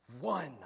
one